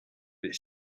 but